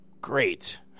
great